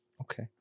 Okay